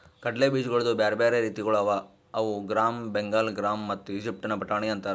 ಕಡಲೆ ಬೀಜಗೊಳ್ದು ಬ್ಯಾರೆ ಬ್ಯಾರೆ ರೀತಿಗೊಳ್ ಅವಾ ಅವು ಗ್ರಾಮ್, ಬೆಂಗಾಲ್ ಗ್ರಾಮ್ ಮತ್ತ ಈಜಿಪ್ಟಿನ ಬಟಾಣಿ ಅಂತಾರ್